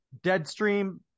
Deadstream